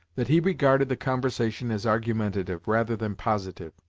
that he regarded the conversation as argumentative, rather than positive,